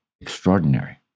extraordinary